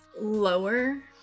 lower